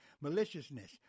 maliciousness